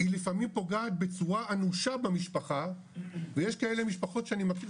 היא לפעמים פוגעת בצורה אנושה במשפחה ויש כאלה משפחות שאני מכיר